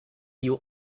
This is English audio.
you